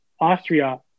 Austria